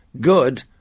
good